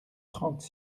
trente